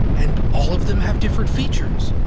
and all of them have different features.